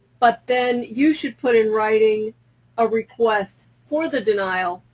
but then you should put in writing a request for the denial,